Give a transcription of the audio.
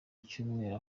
icyumweru